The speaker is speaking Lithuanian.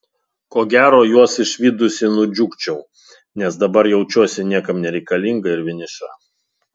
ko gero juos išvydusi nudžiugčiau nes dabar jaučiuosi niekam nereikalinga ir vieniša